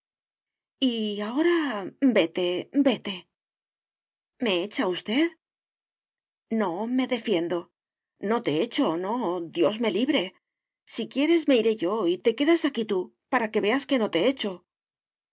ahora vete vete me echa usted no me defiendo no te echo no dios me libre si quieres me iré yo y te quedas aquí tú para que veas que no te echo